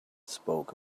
spoke